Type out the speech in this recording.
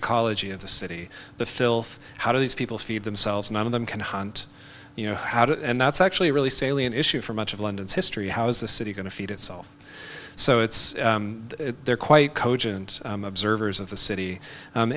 ecology of the city the filth how do these people feed themselves none of them can hunt you know how to and that's actually really salient issue for much of london's history how is the city going to feed itself so it's quite cold observers of the city